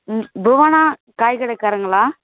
ம் புவனா காய்கடைக்காரங்களா